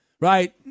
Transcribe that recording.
right